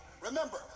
Remember